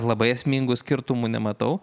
labai esmingų skirtumų nematau